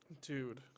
Dude